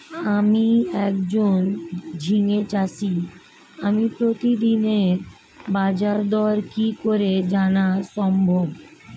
আমি একজন ঝিঙে চাষী আমি প্রতিদিনের বাজারদর কি করে জানা সম্ভব?